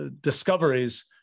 discoveries